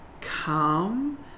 calm